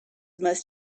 must